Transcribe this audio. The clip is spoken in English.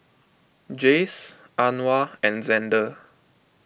Jayce Anwar and Xander